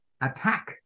attack